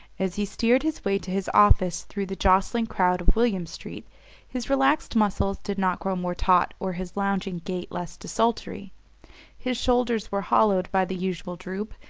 as he steered his way to his office through the jostling crowd of william street his relaxed muscles did not grow more taut or his lounging gait less desultory. his shoulders were hollowed by the usual droop,